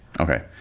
Okay